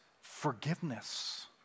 forgiveness